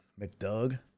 McDoug